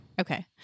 Okay